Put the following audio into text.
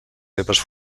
seves